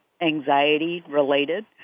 anxiety-related